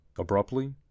Abruptly